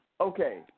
Okay